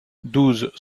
douze